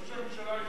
ראש הממשלה,